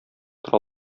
тора